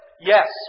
Yes